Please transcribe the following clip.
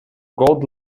gold